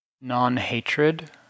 Non-hatred